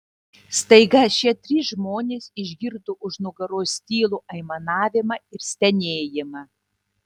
staiga šie trys žmonės išgirdo už nugaros tylų aimanavimą ir stenėjimą